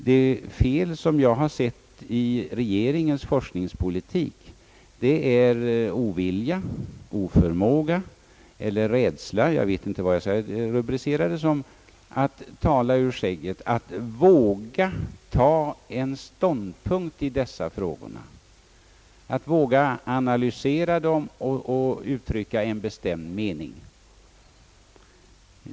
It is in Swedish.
Det fel som jag har sett i regeringens forskningspolitik är ovilja, oförmåga eller rädsla — jag vet inte vad jag skall rubricera det som — att tala ur skägget, att våga ta ståndpunkt i dessa frågor, att analysera dem och uttrycka en bestämd mening.